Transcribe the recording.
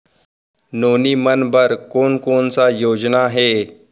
नोनी मन बर कोन कोन स योजना हे?